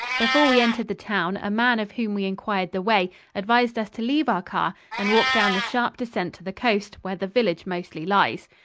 before we entered the town a man of whom we inquired the way advised us to leave our car and walk down the sharp descent to the coast, where the village mostly lies.